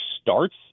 starts